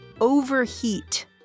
overheat